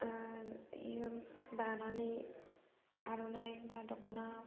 दानानै आर'नाइ बा दख'ना